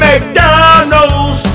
McDonald's